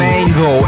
Mango